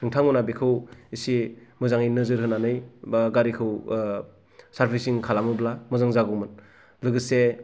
नोंथांमोना बेखौ इसे मोजांयै नोजोर होनानै बा गारिखौ सारभिसिं खालामोब्ला मोजां जागौमोन लोगोसे